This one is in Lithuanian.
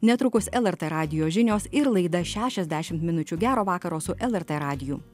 netrukus lrt radijo žinios ir laida šešiasdešimt minučių gero vakaro su lrt radiju